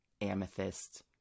Amethyst